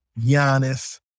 Giannis